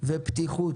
ופתיחות